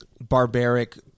barbaric